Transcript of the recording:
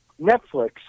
Netflix